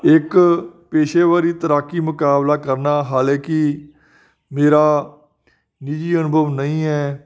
ਇੱਕ ਪੇਸ਼ੇਵਾਰੀ ਤੈਰਾਕੀ ਮੁਕਾਬਲਾ ਕਰਨਾ ਹਾਲਾਂਕਿ ਮੇਰਾ ਨਿੱਜੀ ਅਨੁਭਵ ਨਹੀਂ ਹੈ